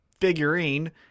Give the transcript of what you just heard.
figurine